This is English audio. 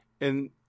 And